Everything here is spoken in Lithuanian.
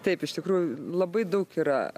taip iš tikrųjų labai daug yra